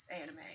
anime